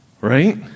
Right